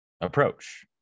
approach